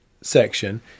section